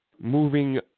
moving